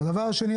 הדבר השני,